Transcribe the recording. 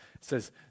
says